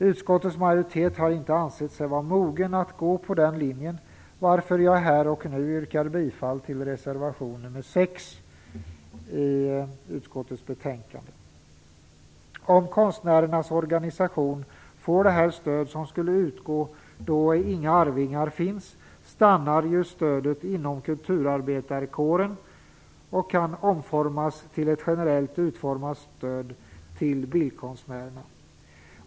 Utskottets majoritet har inte ansett sig vara mogen att gå på den linjen, varför jag yrkar bifall till reservation nr 6 i utskottets hemställan. Om konstnärernas organisation får det stöd som skulle utgå då inga arvingar finns, stannar stödet inom kulturarbetarkåren och kan omformas till ett generellt utformat stöd till bildkonstnärerna.